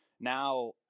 now